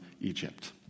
Egypt